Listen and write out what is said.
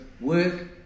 work